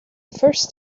first